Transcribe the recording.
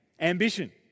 ambition